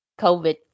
COVID